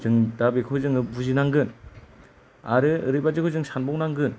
जों दा बेखौ जोंङो बुजिनांगोन आरो ओरैबादिबो जों सानबावनांगोन